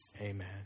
Amen